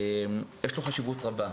יש חשיבות רבה.